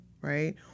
right